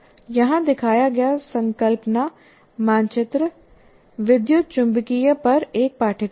यहां दिखाया गया संकल्पना मानचित्र विद्युतचुंबकीय पर एक पाठ्यक्रम है